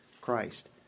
Christ